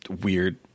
weird